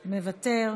מוותר,